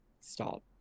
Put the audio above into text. stop